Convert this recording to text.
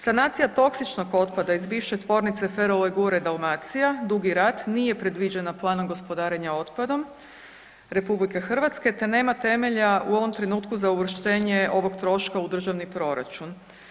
Sanacija toksičnog otpada iz bivše Tvornice ferolegure Dalmacija Dugi Rat, nije predviđena planom gospodarenja otpadom RH te nema temelja u ovom trenutku za uvrštenje ovog troška u državni proračun.